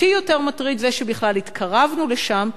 אותי יותר מטריד שבכלל התקרבנו לשם,